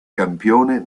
campione